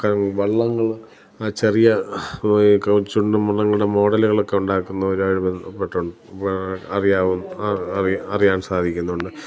ക വള്ളങ്ങൾ ആ ചെറിയ ചുണ്ടൻ വള്ളങ്ങളുടെ മോഡലുകളൊക്കെ ഉണ്ടാക്കുന്നവരുമായി ബന്ധപ്പെട്ട് ആ അറിയാവുന്ന ആ അറിയാൻ അറിയാൻ സാധിക്കുന്നുണ്ട്